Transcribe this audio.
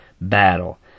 battle